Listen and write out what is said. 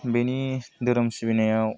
बेनि धोरोम सिबिनायाव